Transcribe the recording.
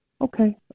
Okay